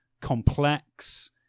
complex